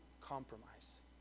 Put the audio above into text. compromise